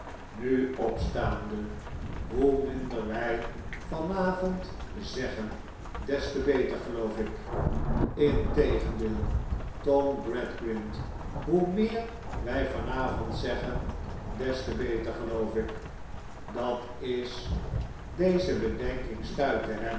nu opstaande hoe minder wij van avond zeggen des te beter geloof ik integendeel tom gradgrind hoe meer wij van avond zeggen des te beter geloof ik dat is deze bedenking stuitte hem